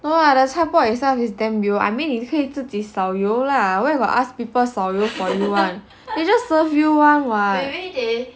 no lah their is damn new I mean 你可以自己少油 lah where got ask people 少油 for you [one] they just serve you one [what]